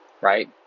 right